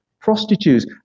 prostitutes